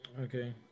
Okay